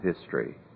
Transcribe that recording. history